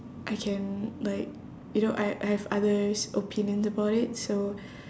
I can like you know I I have others' opinions about it so